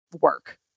work